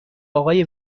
آقای